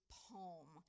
poem